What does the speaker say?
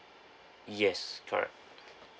yes correct